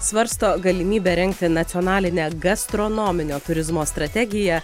svarsto galimybę rengti nacionalinę gastronominio turizmo strategiją